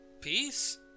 Peace